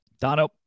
Dono